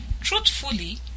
Truthfully